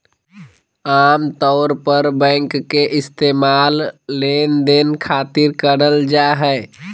आमतौर पर बैंक के इस्तेमाल लेनदेन खातिर करल जा हय